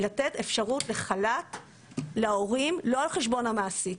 לתת אפשרות לחל"ת להורים לא על חשבון המעסיק,